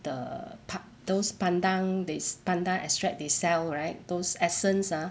the park those pandan they pandan extract they sell right those essence ah